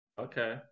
okay